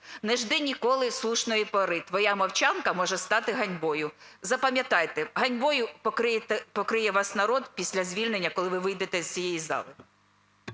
не жди ніколи слушної пори, твоя мовчанка може стати ганьбою. Запам'ятайте, ганьбою покриє вас народ після звільнення, коли ви вийдете з цієї зали.